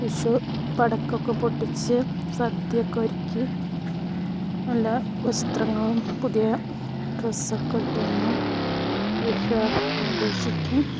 വിഷു പടക്കമൊക്കെ പൊട്ടിച്ച് സദ്യയൊക്കെ ഒരുക്കി നല്ല വസ്ത്രങ്ങളും പുതിയ ഡ്രസ്സൊക്കെ ഇട്ട് അങ്ങനെ വിഷു ആഘോഷിക്കും